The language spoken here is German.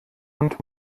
und